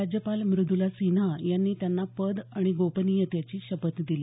राज्यपाल मुदुला सिन्हा यांनी त्यांना पद आणि गोपनियतेची शपथ दिली